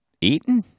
Eaten